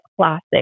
classic